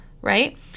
right